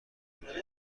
ایرانی